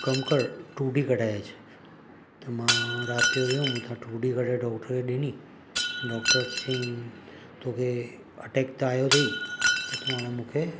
कमु कर टू डी कढाए अचु त मां राति जो वयुमि त टू डी कढाए डॉक्टर खे ॾिनी डॉक्टर चई तोखे अटैक त आयो अथई त तूं हाणे मूंखे